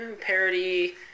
parody